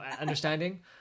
understanding